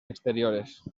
exteriores